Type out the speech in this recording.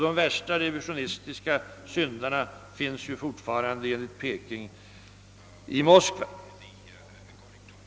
De värsta revisionistiska syndarna finns ju fortfarande, enligt Peking, i Moskva.